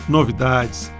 Novidades